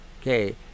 okay